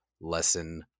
lesson